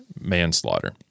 manslaughter